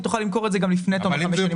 היא תוכל למכור את זה גם לפני תום חמש שנים.